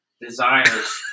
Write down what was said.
Desires